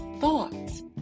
thoughts